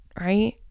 Right